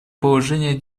положения